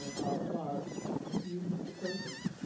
i'll start with you, mr. persis.